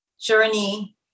journey